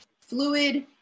fluid